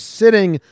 sitting